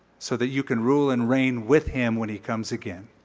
so that you can rule and reign with him when he comes again.